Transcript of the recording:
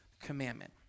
commandment